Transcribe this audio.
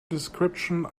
description